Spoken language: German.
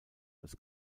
als